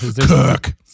Kirk